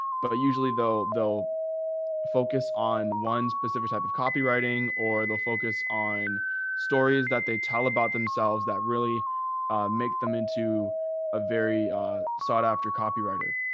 but usually though they'll focus on one specific type of copywriting or they'll focus on stories that they tell about themselves that really make them into a very sought after copywriter.